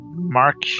Mark